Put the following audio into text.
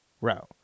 route